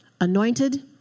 anointed